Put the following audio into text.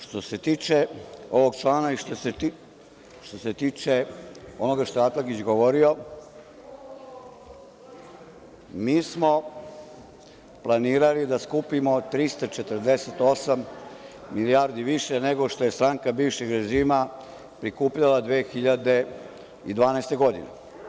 Što se tiče ovog člana i što se tiče onoga što je Atlagić govorio, mi smo planirali da skupimo 348 milijardi više nego što je stranka bivšeg režima prikupila 2012. godine.